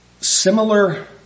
similar